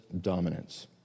dominance